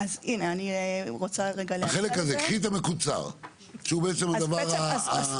קחי את המקוצר שהוא בעצם הדבר --- (מקרינה שקף,